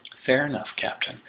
fair enough, captain,